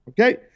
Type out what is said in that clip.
okay